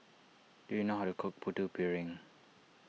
do you know how to cook Putu Piring